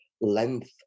length